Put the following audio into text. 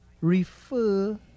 refer